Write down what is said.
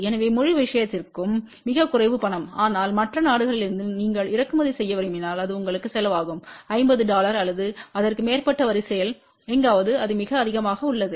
எனவே முழு விஷயத்திற்கும் மிகக் குறைவு பணம் ஆனால் மற்ற நாடுகளிலிருந்து நீங்கள் இறக்குமதி செய்ய விரும்பினால் அது உங்களுக்கு செலவாகும் 50 டாலர் அல்லது அதற்கு மேற்பட்ட வரிசையில் எங்காவது அது மிக அதிகமாக உள்ளது